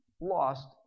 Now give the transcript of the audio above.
lost